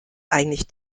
eigentlich